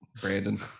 brandon